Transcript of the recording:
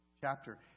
chapter